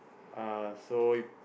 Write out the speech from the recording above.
uh so you